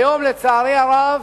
היום, לצערי הרב,